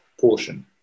portion